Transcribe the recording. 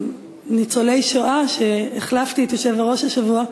לניצולי שואה שבו החלפתי את היושב-ראש השבוע,